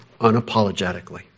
unapologetically